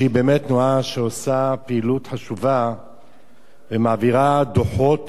שהיא באמת תנועה שעושה פעילות חשובה ומעבירה דוחות